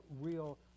real